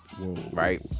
Right